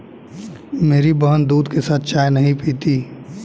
मेरी बहन दूध के साथ चाय नहीं पीती